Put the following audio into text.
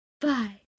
Bye